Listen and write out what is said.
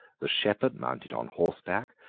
the shepherd mounted on horseback,